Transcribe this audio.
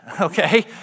okay